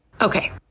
Okay